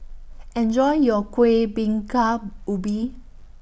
Enjoy your Kuih Bingka Ubi